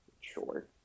Sure